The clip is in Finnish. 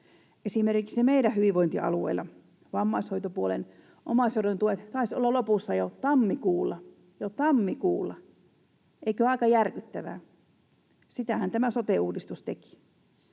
Esimerkiksi meidän hyvinvointialueella vammaishoitopuolen omaishoidon tuet taisivat olla lopussa jo tammikuulla — jo tammikuulla, eikö ole aika järkyttävää? Sitähän tämä sote-uudistus teki.